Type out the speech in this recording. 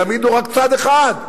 יעמידו רק צד אחד.